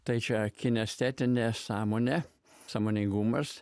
tai čia kinestetinė sąmonė sąmoningumas